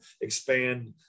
expand